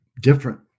different